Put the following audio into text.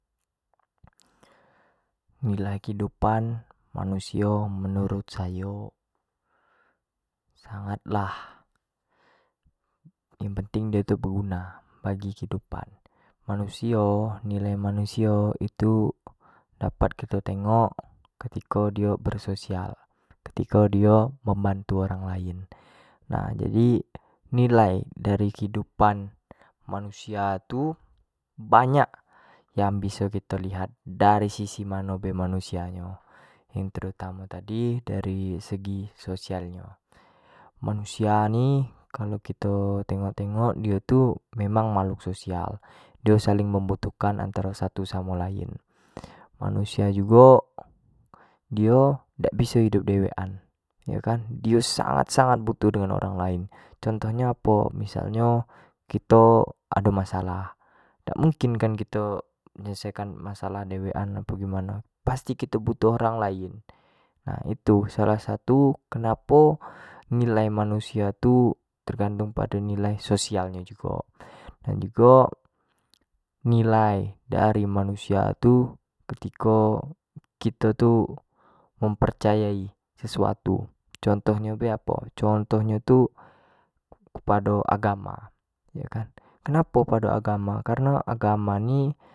Nilai kehidupan manusio menurut sayo sangat lah, yang penting dio tu beguna bagi kehidupan, manusio nilai manusio itu dapat kito tengok ketiko dio ber social ketiki dio membantu orang lain nah jadi nilai dari kehidupan manusia tu banyak yang biso kito lihat dari sisi mano be manusio nyo yang tertamo tadi dari segi sosial nyo, manusia ni kalau kito tengok-tengok dio tu memang makhluk social, dioa saling membutuh kan anataro satu samo lain, manusia jugo dio dak bisa hidup dewek an iyo kan, dio sangat-sangat butuh dengan orang lain, contoh nyo apo missal nyo kito ado masalah kan dak mungkin kito menyelesaikan masalah dewek an atau macam mano, pasti kito membutuhkan orang lain ha itu salah satu kenapo nilai manusio tu tergantung pado niali social nyo jugo dan jugo nilai dari manusia tu ketiko kito tu mempercayai sesuatu, contoh nyo bae apo, contoh nyo tu kepado agama tu kan kenapo kepada agama, karena agama ni.